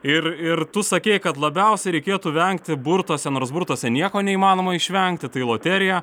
ir ir tu sakei kad labiausiai reikėtų vengti burtuose nors burtuose nieko neįmanoma išvengti tai loterija